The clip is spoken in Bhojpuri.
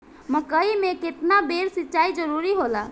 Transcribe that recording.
मकई मे केतना बेर सीचाई जरूरी होला?